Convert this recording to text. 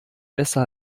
besser